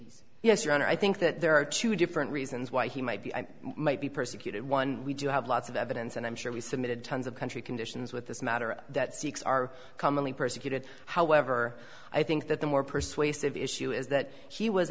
yes your honor i think that there are two different reasons why he might be might be persecuted one we do have lots of evidence and i'm sure we submitted tons of country conditions with this matter that sikhs are commonly persecuted however i think that the more persuasive issue is that he was